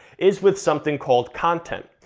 is with something called content.